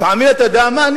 לפעמים, אתה יודע מה?